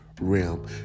realm